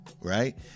right